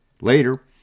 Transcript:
Later